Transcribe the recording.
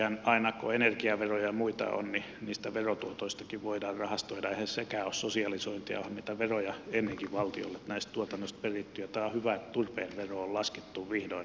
tietystihän aina kun energiaveroja ja muita on niin niistä verotuotoistakin voidaan rahastoida eihän sekään ole sosialisointia onhan niitä veroja ennenkin valtiolle näistä tuotannoista peritty ja tämä on hyvä että turpeen veroa on laskettu vihdoin